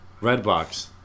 Redbox